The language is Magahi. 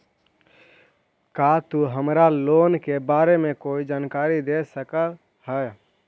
का तु हमरा लोन के बारे में कोई जानकारी दे सकऽ हऽ?